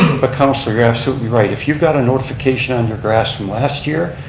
but councilor, you're absolutely right. if you've got a notification on your grass from last year,